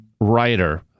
writer